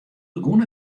begûn